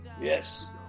yes